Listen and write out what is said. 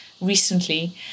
recently